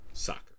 soccer